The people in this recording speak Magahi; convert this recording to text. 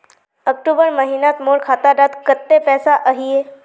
अक्टूबर महीनात मोर खाता डात कत्ते पैसा अहिये?